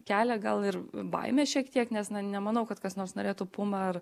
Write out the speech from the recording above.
kelia gal ir baimę šiek tiek nes nemanau kad kas nors norėtų pumą ar